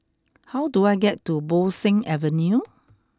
how do I get to Bo Seng Avenue